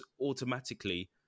automatically